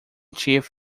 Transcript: chief